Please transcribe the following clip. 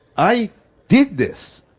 i did this.